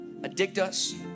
addictus